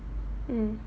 mm